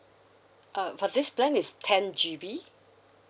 uh for this plan is ten G_B